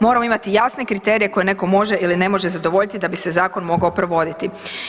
Moramo imati jasne kriterije koje neko može ili ne može zadovoljiti da bi se zakon mogao provoditi.